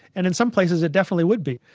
and in some places it definitely would be.